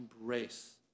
embrace